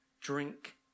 drink